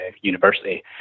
university